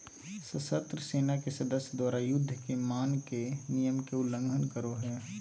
सशस्त्र सेना के सदस्य द्वारा, युद्ध के मान्य नियम के उल्लंघन करो हइ